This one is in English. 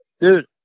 dude